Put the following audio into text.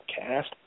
Cast